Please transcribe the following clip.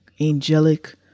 angelic